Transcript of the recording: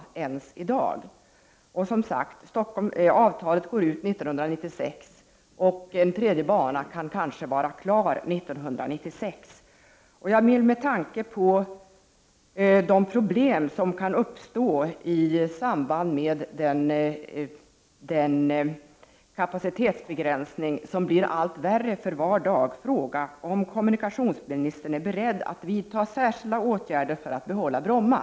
Avtalet med Stockholms kommun går som sagt ut 1996, och den tredje banan kan kanske vara klar 1996. Jag vill med tanke på de problem som kan uppstå i samband med den kapacitetsbegränsning som för var dag blir allt värre fråga om kommunikationsministern är beredd att vidta särskilda åtgärder för att behålla Bromma.